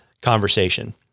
conversation